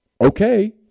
Okay